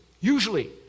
usually